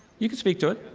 you can speak to it.